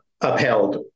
upheld